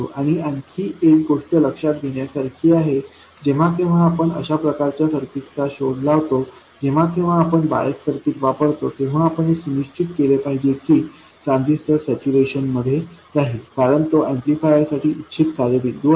आणि आणखी एक गोष्ट लक्षात घेण्यासारखी आहे जेव्हा केव्हा आपण अशा प्रकारच्या सर्किटचा शोध लावतो जेव्हा केव्हा आपण बायस सर्किट वापरतो तेव्हा आपण हे सुनिश्चित केले पाहिजे की ट्रान्झिस्टर सॅच्यूरेशन मध्ये राहील कारण तो ऍम्प्लिफायर साठी इच्छित कार्य बिंदू आहे